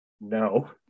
no